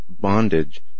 bondage